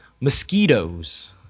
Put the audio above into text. mosquitoes